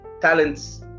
talents